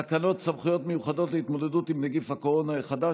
תקנות סמכויות מיוחדות להתמודדות עם נגיף הקורונה החדש